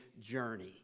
journey